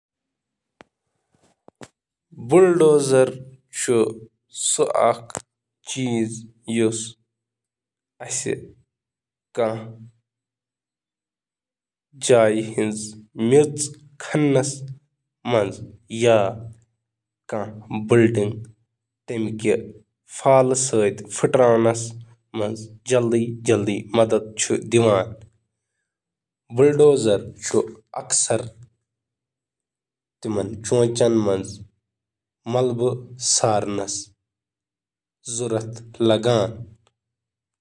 بلڈوزرُک مقصد یُس مالبی کھننس تہٕ تُلنَس منٛز مدد چھُ کران۔